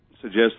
suggest